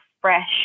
fresh